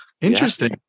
Interesting